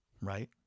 right